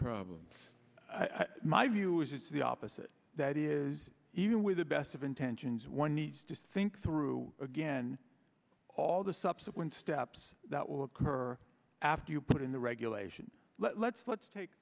problems my view is the opposite that is even with the best of intentions one needs to think through again all the subsequent steps that will occur after you put in the regulation let's let's take